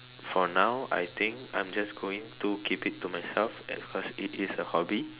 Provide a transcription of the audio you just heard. for now I think I'm just going to keep it to myself and because it is a hobby